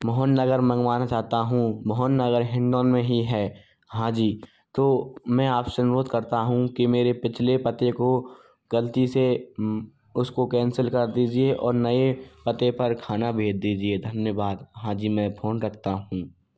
मोहन नगर मंगवाना चाहता हूँ मोहन नगर हिंडौन में ही है हां जी तो मैं आपसे अनुरोध करता हूँ कि मेरे पिछले पते को गलती से उसको कैंसिल कर दीजिए और नए पते खाना भेज दीजिए धन्यवाद हाँ जी मैं फोन रखता हूँ